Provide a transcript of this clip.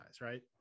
right